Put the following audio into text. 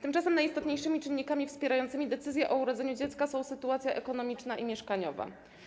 Tymczasem najistotniejszymi czynnikami wspierającymi decyzję o urodzeniu dziecka są sytuacja ekonomiczna i sytuacja mieszkaniowa.